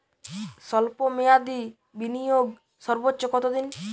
স্বল্প মেয়াদি বিনিয়োগ সর্বোচ্চ কত দিন?